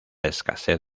escasez